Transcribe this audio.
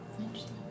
Interesting